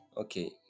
okay